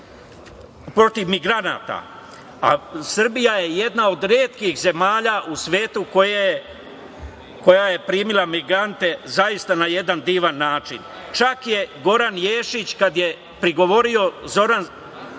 protiv migranata, a Srbija je jedna od retkih zemalja u svetu koja je primila migrante zaista na jedan divan način. Čak je Goran Ješić, kad je prigovorio Zoran